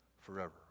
forever